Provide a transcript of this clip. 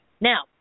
Now